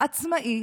עצמאי